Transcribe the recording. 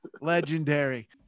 Legendary